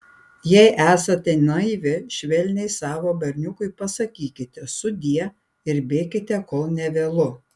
jei esate naivi švelniai savo berniukui pasakykite sudie ir bėkite kol nevėlu